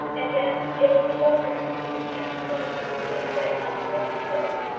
and yet it would be well for him to keep his hands clean from the doing of it up to the last moment.